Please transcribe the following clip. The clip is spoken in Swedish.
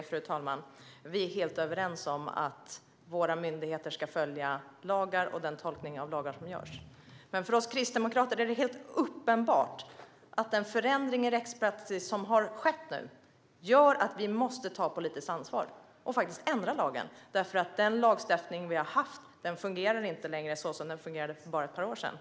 Fru talman! Vi är helt överens om att våra myndigheter ska följa lagar och den tolkning av lagar som görs. Men för oss kristdemokrater är det helt uppenbart att den förändring av rättspraxis som har skett gör att vi måste ta politiskt ansvar och ändra lagen. Den lagstiftning vi har haft fungerar inte längre så som den fungerade för bara ett par år sedan.